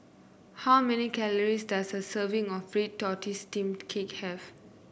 how many calories does a serving of Red Tortoise Steamed Cake have